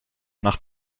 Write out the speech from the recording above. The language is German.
nach